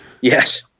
Yes